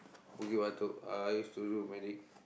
Bukit-Batok uh used to do medic